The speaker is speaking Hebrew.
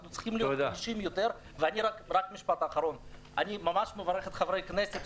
אני ממש מברך את חברי הכנסת,